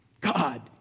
God